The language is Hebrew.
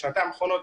בשנתיים האחרונות,